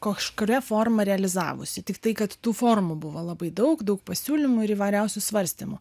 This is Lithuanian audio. kažkuria reformą realizavosi tik tai kad tų formų buvo labai daug daug pasiūlymų ir įvairiausių svarstymų